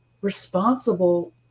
responsible